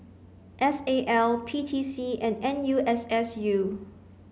S A L P T C and N U S S U